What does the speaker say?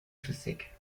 physik